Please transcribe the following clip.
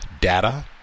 data